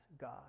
God